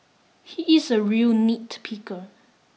he is a real nitpicker